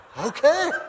Okay